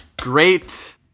great